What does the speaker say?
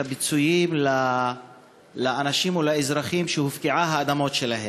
הפיצויים לאנשים או לאזרחים שהופקעו האדמות שלהם.